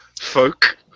Folk